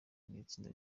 n’itsinda